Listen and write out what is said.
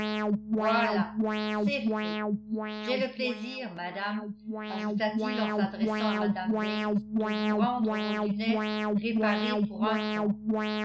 voilà c'est fait j'ai le plaisir madame ajouta-t-il en s'adressant à mme bates de vous rendre vos lunettes réparées pour un temps